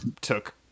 took